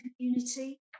community